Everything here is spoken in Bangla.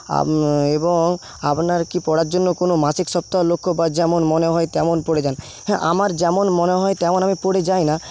এবং আপনার কি পড়ার জন্য কোন মাসিক সপ্তাহ লক্ষ্য বা যেমন মনে হয় তেমন পড়ে যান হ্যাঁ আমার যেমন মনে হয় তেমন আমি পড়ে যাই না